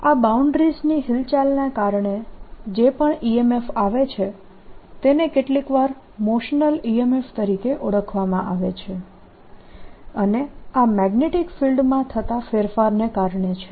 આ બાઉન્ડ્રીઝ ની હિલચાલને કારણે છે જે પણ EMF આવે છે તેને કેટલીકવાર મોશનલ EMF તરીકે ઓળખવામાં આવે છે અને આ મેગ્નેટીક ફિલ્ડમાં થતા ફેરફારને કારણે છે